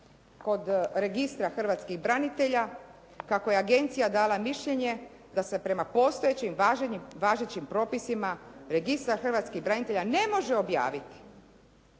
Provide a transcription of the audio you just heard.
kod registra hrvatskih branitelja kako je agencija dala mišljenje da se prema postojećim važećim propisima registar hrvatskih branitelja ne može objaviti